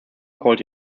called